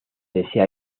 desea